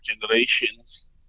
generations